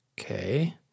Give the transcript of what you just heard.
Okay